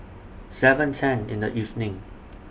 seven ten in The evening